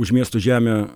už miesto žemę